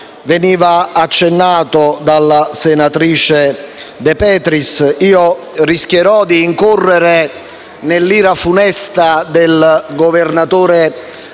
stato accennato dalla senatrice De Petris e io rischierò di incorrere nell'ira funesta del governatore